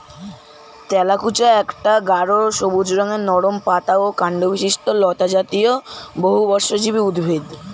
তেলাকুচা একটা গাঢ় সবুজ রঙের নরম পাতা ও কাণ্ডবিশিষ্ট লতাজাতীয় বহুবর্ষজীবী উদ্ভিদ